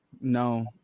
no